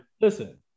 listen